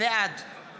בעד